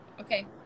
okay